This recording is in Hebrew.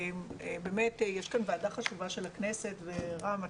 באמת יש כאן ועדה חשובה של הכנסת ורם,